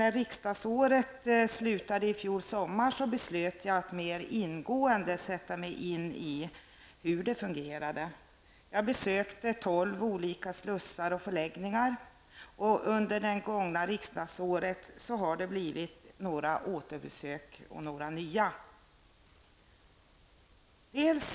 När riksdagsåret slutade i fjol sommar, beslöt jag att mer ingående sätta mig in i hur invandrarpolitiken fungerar. Jag besökte tolv olika slussar och förläggningar. Under det gångna riksdagsåret har det blivit några återbesök och några nybesök.